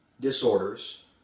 Disorders